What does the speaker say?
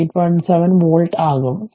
817 volt ആകും